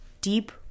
deep